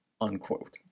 unquote